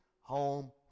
home